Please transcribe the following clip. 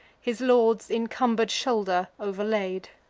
his lord's incumber'd shoulder overlaid.